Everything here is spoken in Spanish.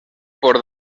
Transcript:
por